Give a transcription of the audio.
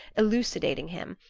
elucidating him,